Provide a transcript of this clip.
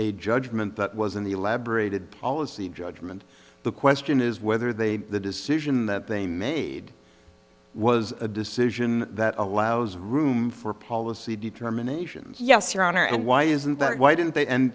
a judgment that was in the elaborated policy judgment the question is whether they the decision that they made was a decision that allows room for policy determination yes your honor and why isn't that why didn't they